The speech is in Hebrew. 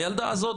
הילדה הזאת